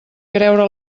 creure